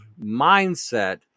mindset